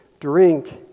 drink